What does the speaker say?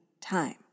time